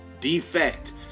defect